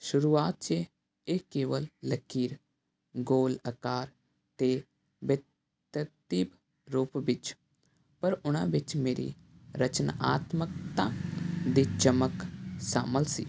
ਸ਼ੁਰੂਆਤ 'ਚ ਇਹ ਕੇਵਲ ਲਕੀਰ ਗੋਲ ਅਕਾਰ ਅਤੇ ਬਿਹਤਰਤੀ ਰੂਪ ਵਿੱਚ ਪਰ ਉਹਨਾਂ ਵਿੱਚ ਮੇਰੀ ਰਚਨਾ ਆਤਮਕਤਾ ਦੇ ਚਮਕ ਸ਼ਾਮਿਲ ਸੀ